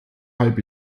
halb